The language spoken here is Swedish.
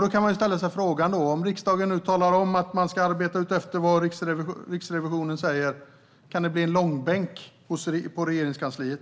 Då kan man ställa sig frågan: Om riksdagen nu talar om att man ska arbeta utefter vad Riksrevisionen säger, kan det bli en långbänk av det på Regeringskansliet?